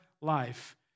life